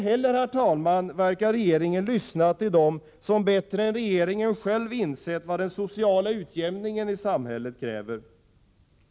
Regeringen verkar emellertid inte heller lyssna till dem som bättre än regeringen själv insett vad den sociala utjämningen i samhället kräver.